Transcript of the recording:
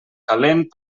calent